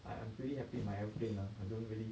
I I'm pretty happy my aeroplane ah I don't really